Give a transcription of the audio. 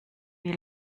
wie